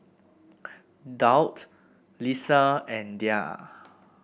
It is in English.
Daud Lisa and Dhia